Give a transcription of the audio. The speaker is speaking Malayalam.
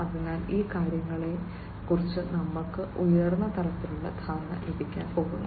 അതിനാൽ ഈ കാര്യങ്ങളെക്കുറിച്ച് നമുക്ക് ഉയർന്ന തലത്തിലുള്ള ധാരണ ലഭിക്കാൻ പോകുന്നു